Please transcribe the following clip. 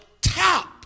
top